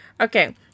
Okay